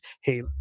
Hey